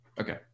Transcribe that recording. okay